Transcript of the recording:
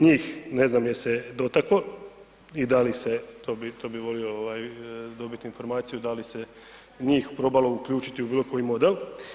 Njih ne znam je li se dotaklo i da li se, to bih volio dobiti informaciju da li se njih probalo uključiti u bilo koji model.